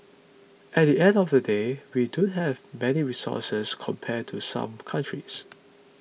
at the end of the day we don't have many resources compared to some countries